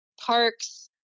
Parks